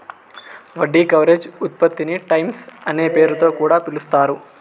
వడ్డీ కవరేజ్ ఉత్పత్తిని టైమ్స్ అనే పేరుతొ కూడా పిలుస్తారు